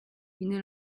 une